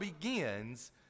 begins